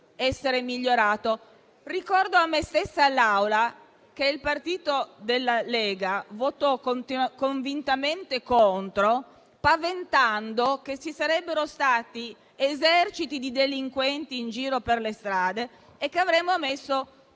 essere migliorato. Ricordo a me stessa e all'Assemblea che il partito della Lega votò convintamente contro, paventando che ci sarebbero stati eserciti di delinquenti in giro per le strade e che avremmo messo